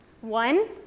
One